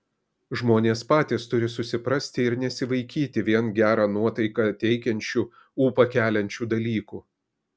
žmonės patys turi susiprasti ir nesivaikyti vien gerą nuotaiką teikiančių ūpą keliančių dalykų